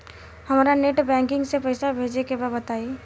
हमरा net banking से पईसा भेजे के बा बताई?